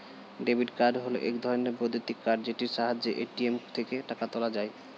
debit card হল এক ধরণের বৈদ্যুতিক কার্ড যেটির সাহায্যে এ.টি.এম থেকে টাকা তোলা যায়